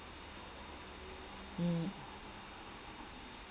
mm